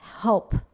help